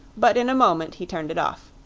but in a moment he turned it off.